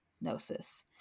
gnosis